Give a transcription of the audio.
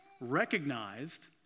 recognized